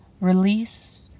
release